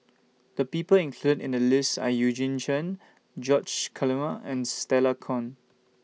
The People included in The list Are Eugene Chen George Collyer and Stella Kon